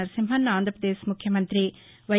నరసింహన్ ఆంధ్రప్రదేశ్ ముఖ్యమంత్రి వై